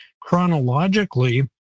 chronologically